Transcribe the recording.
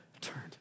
turned